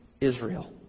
Israel